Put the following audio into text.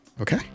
Okay